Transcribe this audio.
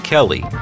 Kelly